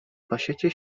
pasiecie